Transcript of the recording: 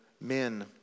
men